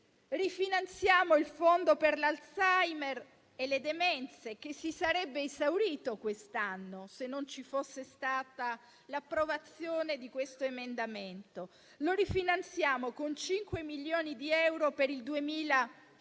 Rifinanziamo il fondo per l'Alzheimer e le demenze, che si sarebbe esaurito quest'anno, se non ci fosse stata l'approvazione di questo emendamento. Lo rifinanziamo con 5 milioni di euro per il 2024